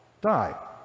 die